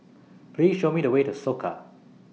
Please Show Me The Way to Soka